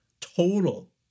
total